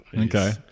Okay